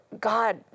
God